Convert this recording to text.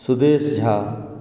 Sudesh Jha